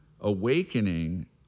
awakening